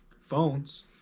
phones